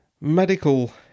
medical